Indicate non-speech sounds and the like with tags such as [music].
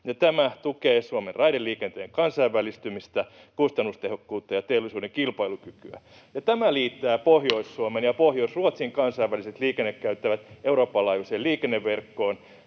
Tämä tukee Suomen raideliikenteen kansainvälistymistä, kustannustehokkuutta ja teollisuuden kilpailukykyä, ja tämä liittää Pohjois-Suomen [noise] ja Pohjois-Ruotsin kansainväliset liikennekäytävät Euroopan laajuiseen liikenneverkkoon